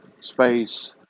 space